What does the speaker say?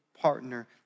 partner